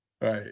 Right